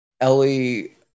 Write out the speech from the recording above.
Ellie